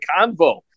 convo